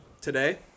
today